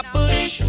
bush